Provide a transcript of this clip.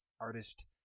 artist-